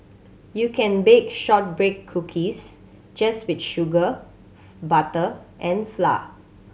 you can bake shortbread cookies just with sugar butter and flour